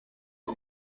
uko